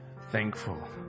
thankful